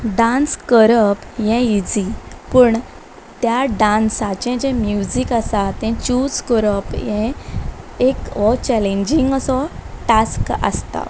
dance करप हें easy पूण त्या डांसाचे जें म्युजीक आसा तें चूज करप हे एक हो चॅलेंजींग असो टास्क आसता